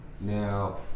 Now